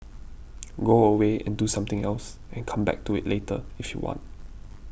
go away and do something else and come back to it later if you want